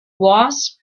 wasp